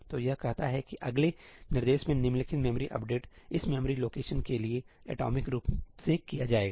तो यह कहता है कि अगले निर्देश में निम्नलिखित मेमोरी अपडेट इस मेमोरी लोकेशन के लिए एटॉमिक रूप से किया जाएगा